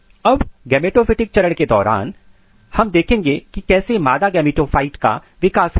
अब गेमेटोफिटिक चरण के दौरान हमें है देखेंगे की कैसे मादा गेमेटोफाइट्स का विकास होता है